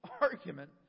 argument